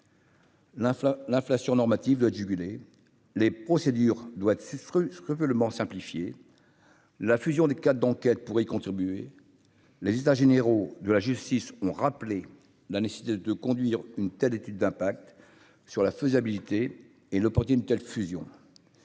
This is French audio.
l'inflation normative de juguler les procédures doit de ce que veut le Mans simplifier la fusion des quatre d'enquête pourrait y contribuer, les états généraux de la justice ont rappelé la nécessité de conduire une telle étude d'impact sur la faisabilité et le portier une telle fusion